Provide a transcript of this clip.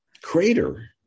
crater